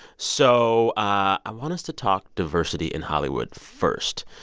so i want us to talk diversity in hollywood first.